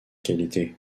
qualité